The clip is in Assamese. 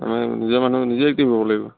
আমাৰ নিজে মানুহে নিজে এক্টিভ হ'ব লাগিব